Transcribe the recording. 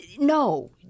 no